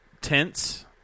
tents